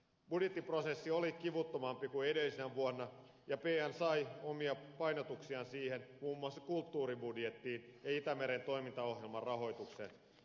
budjettiprosessi oli kivuttomampi kuin edellisenä vuonna ja pn sai omia painotuksiaan siihen muun muassa kulttuuribudjettiin ja itämeren toimintaohjelman rahoitukseen